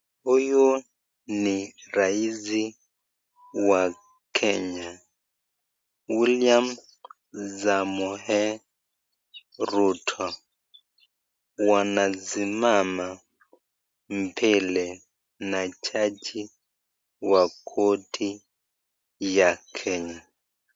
Huyu ni rais wa Kenya William samoe ruto, wanasimama mbele na jaji wa koti ya kenya.